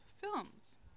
Films